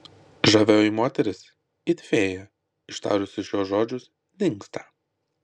žavioji moteris it fėja ištarusi šiuos žodžius dingsta